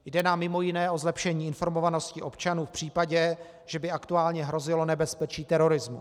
Jde nám mimo jiné o zlepšení informovanosti občanů v případě, že by aktuálně hrozilo nebezpečí terorismu.